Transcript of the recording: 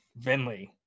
Vinley